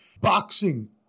boxing